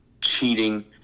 cheating